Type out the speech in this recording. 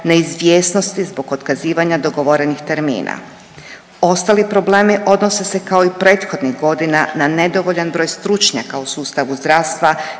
neizvjesnosti zbog otkazivanja dogovorenih termina. Ostali problemi odnose se kao i prethodnih godina na nedovoljan broj stručnjaka u sustavu zdravstva,